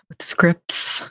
scripts